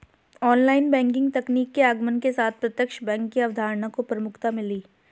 online banking तकनीक के आगमन के साथ प्रत्यक्ष बैंक की अवधारणा को प्रमुखता मिली